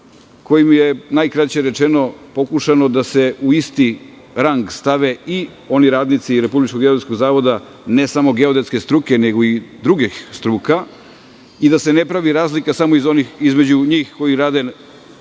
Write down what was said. kojim je, najkraće rečeno pokušano da se u isti rang stave i oni radnici RGZ, ne samo geodetske struke nego i drugih struka i da se ne pravi razlika samo između njih koji rade iz